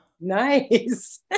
Nice